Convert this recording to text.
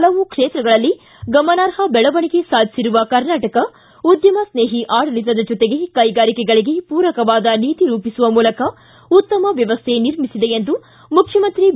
ಹಲವು ಕ್ಷೇತ್ರಗಳಲ್ಲಿ ಗಮನಾರ್ಹ ಬೆಳವಣಿಗೆ ಸಾಧಿಸಿರುವ ಕರ್ನಾಟಕ ಉದ್ಯಮ ಸ್ನೇಹಿ ಆಡಳತದ ಜೊತೆಗೆ ಕೈಗಾರಿಕೆಗಳಿಗೆ ಪೂರಕವಾದ ನೀತಿ ರೂಪಿಸುವ ಮೂಲಕ ಉತ್ತಮ ವ್ಯವಸ್ಥೆ ನಿರ್ಮಿಸಿದೆ ಎಂದು ಮುಖ್ಯಮಂತ್ರಿ ಬಿ